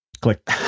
click